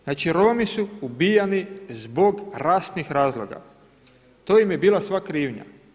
Znači Romi su uvijani zbog rasnih razloga, to im je bila sva krivnja.